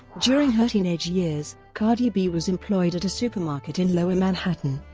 during her teenage years, cardi b was employed at a supermarket in lower manhattan,